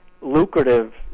lucrative